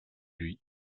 lui